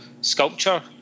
sculpture